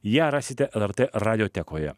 ją rasite lrt radiotekoje